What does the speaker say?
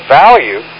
value